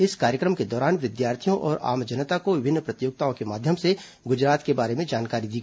इस कार्यक्रम के दौरान विद्यार्थियों और आम जनता को विभिन्न प्रतियोगिताओं के माध्यम से गुजरात के बारे में जानकारी दी